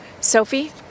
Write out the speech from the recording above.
Sophie